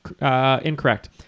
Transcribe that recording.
Incorrect